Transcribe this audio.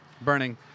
Burning